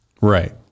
Right